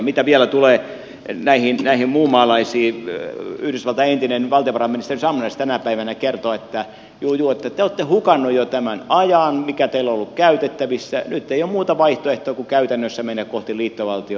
mitä vielä tulee näihin muunmaalaisiin yhdysvaltain entinen valtiovarainministeri summers tänä päivänä kertoi että te olette hukanneet jo tämän ajan mikä teillä on ollut käytettävissä nyt ei ole muuta vaihtoehtoa kuin käytännössä mennä kohti liittovaltiota